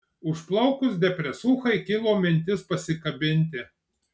užplaukus depresūchai kilo mintis pasikabinti